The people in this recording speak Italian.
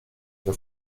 che